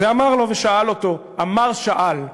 ואמר לו ושאל אותו, אמר-שאל: